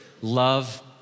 love